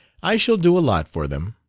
i shall do a lot for them.